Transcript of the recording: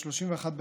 31,